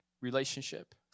Relationship